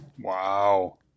Wow